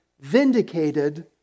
vindicated